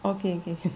okay okay